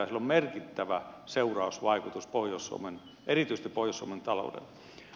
sillä on merkittävä seurausvaikutus erityisesti pohjois suomen taloudelle